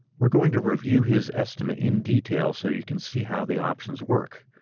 we're going to review his estimate in detail so you can see how the options work,